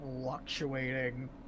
fluctuating